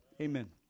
amen